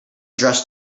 dressed